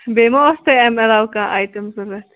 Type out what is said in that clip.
بیٚیہِ ما اوس تۄہہِ اَمہِ علاوٕ کانٛہہ آیٹَم ضروٗرت